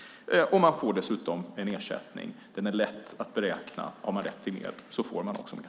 De får dessutom en ersättning som är lätt att beräkna, och har man rätt till mer får man också mer.